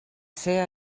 ser